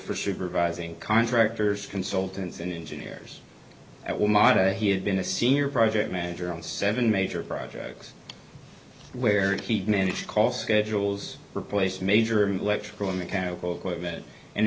for supervising contractors consultants and engineers at will model he had been a senior project manager on seven major projects where he'd manage call schedules replace major electrical mechanical equipment and